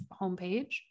homepage